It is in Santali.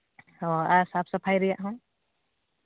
ᱦᱚᱸ ᱟᱨ ᱥᱟᱯ ᱥᱟᱯᱷᱟᱭ ᱨᱮᱭᱟᱜ ᱦᱚᱸ